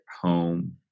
home